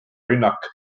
rünnak